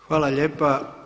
Hvala lijepa.